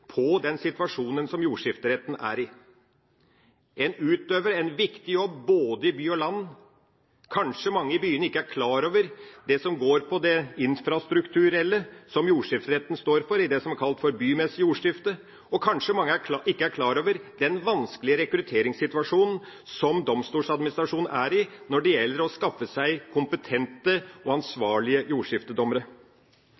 på den situasjonen som jordskifteretten er i. Den utøver en viktig jobb både i by og land. Kanskje mange i byene ikke er klar over det som går på det infrastrukturelle som jordskifteretten står for, i det som er kalt bymessig jordskifte, og kanskje mange ikke er klar over den vanskelige rekrutteringssituasjonen som Domstoladministrasjonen er i når det gjelder å skaffe seg kompetente og